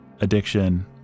addiction